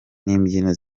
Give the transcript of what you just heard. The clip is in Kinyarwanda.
n’imbyino